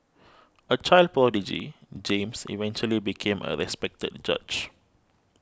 a child prodigy James eventually became a respected judge